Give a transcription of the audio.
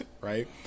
right